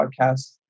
podcast